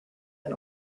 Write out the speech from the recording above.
and